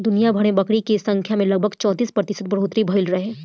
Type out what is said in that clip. दुनियाभर में बकरी के संख्या में लगभग चौंतीस प्रतिशत के बढ़ोतरी भईल रहे